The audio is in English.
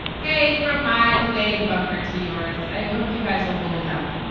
hey, from my plague bunker to yours, i hope you guys are holding up,